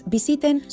Visiten